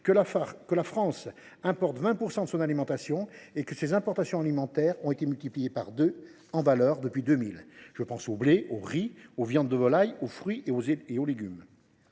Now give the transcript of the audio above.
que « la France importe 20 % de son alimentation » et que ses importations alimentaires ont été multipliées par deux en valeur depuis 2000. Je pense au blé, au riz, aux viandes de volaille, aux fruits et légumes.